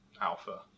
alpha